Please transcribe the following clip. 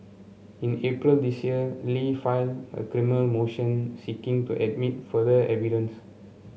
in April this year Li filed a criminal motion seeking to admit further evidence